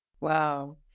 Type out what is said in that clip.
Wow